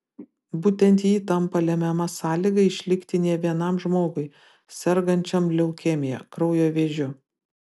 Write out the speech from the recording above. būtent ji tampa lemiama sąlyga išlikti ne vienam žmogui sergančiam leukemija kraujo vėžiu